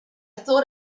thought